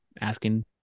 asking